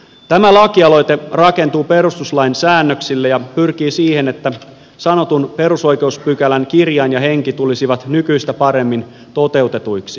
tämä lakialoite rakentuu perustuslain säännöksille ja pyrkii siihen että sanotun perusoikeuspykälän kirjain ja henki tulisivat nykyistä paremmin toteutetuiksi